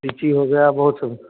लीची हो गया बहुत सब